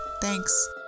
Thanks